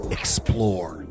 explore